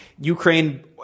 Ukraine